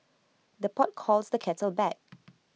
the pot calls the kettle back